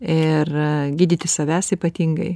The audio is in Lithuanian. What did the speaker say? ir gydyti savęs ypatingai